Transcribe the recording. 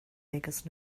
vegas